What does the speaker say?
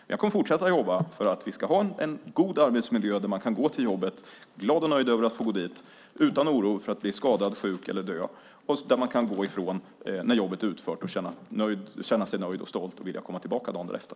Jag kommer att fortsätta att jobba för att vi ska ha en god arbetsmiljö där man kan vara glad och nöjd över att få gå till jobbet utan oro för att bli skadad, sjuk eller dö. När jobbet är utfört ska man kunna gå därifrån och känna sig nöjd och stolt och vilja komma tillbaka dagen efter.